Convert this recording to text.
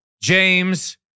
James